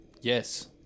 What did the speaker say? Yes